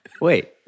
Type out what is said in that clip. Wait